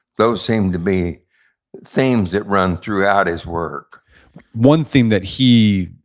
those seemed to be themes that run throughout his work one theme that he,